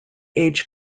age